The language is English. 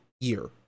year